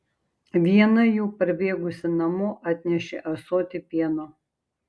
viena jų parbėgusi namo atnešė ąsotį pieno